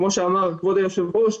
כמו שאמר כבוד היושב ראש,